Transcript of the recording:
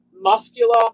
muscular